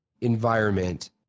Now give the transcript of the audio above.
environment